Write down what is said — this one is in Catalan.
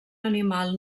animal